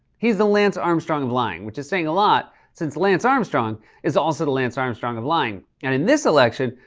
he is the lance armstrong of lying, which is saying a lot since lance armstrong is also the lance armstrong of lying, and in this election,